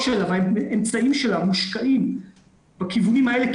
שלה והאמצעים שלה מושקעים בכיוונים האלה,